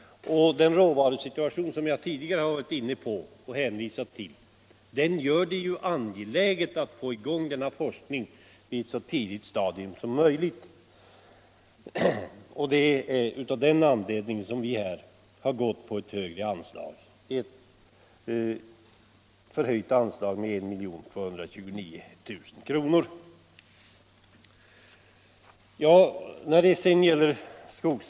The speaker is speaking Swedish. Råvarusituationen, som jag tidigare hänvisat till, gör det ju angeläget att få i gång denna forskning på ett så tidigt stadium som möjligt. Det är av den anledningen som vi reservanter förordar att anslaget till skogshögskolans driftkostnader räknas upp med 1 229 000 kr.